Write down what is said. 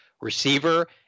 receiver